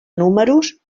números